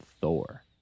Thor